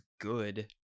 good